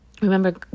remember